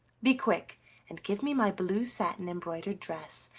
be quick and give me my blue satin embroidered dress,